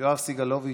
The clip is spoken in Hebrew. יואב סגלוביץ'